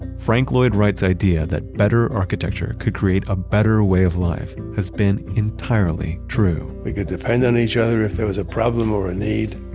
frank lloyd wright's idea that better architecture could create a better way of life has been entirely true we could depend on each other if there was a problem or a need.